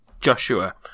Joshua